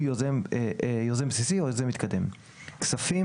יוזם בסיסי או יוזם מתקדם; "כספים"